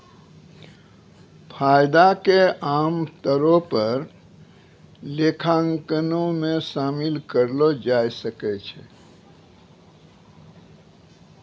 फायदा के आमतौरो पे लेखांकनो मे शामिल करलो जाय सकै छै